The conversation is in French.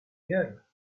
gueule